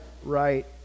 right